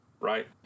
right